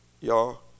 y'all